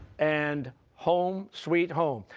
and home sweet home.